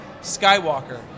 Skywalker